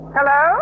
Hello